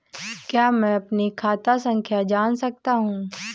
क्या मैं अपनी खाता संख्या जान सकता हूँ?